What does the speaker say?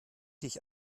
dich